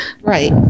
Right